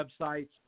websites